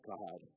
God